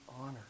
honor